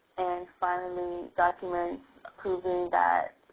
and finally documents proving that